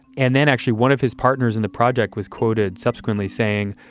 and then actually one of his partners in the project was quoted subsequently saying,